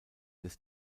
des